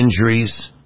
injuries